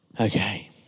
Okay